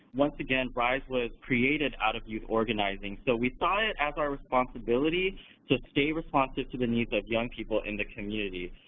once again, ryse was created out of youth organizing. so we saw it as our responsibility to stay responsive to the needs of young people in the community.